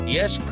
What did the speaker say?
Yes